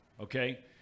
okay